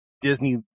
Disney